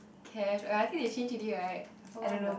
cash oh ya I think they change already right I forgot the